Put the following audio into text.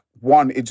one